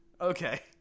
Okay